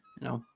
no